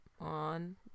on